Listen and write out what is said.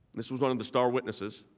this was one of the star witnesses,